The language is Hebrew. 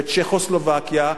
בצ'כוסלובקיה.